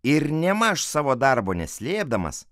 ir nėmaž savo darbo neslėpdamas